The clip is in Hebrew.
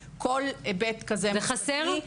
זה חסר?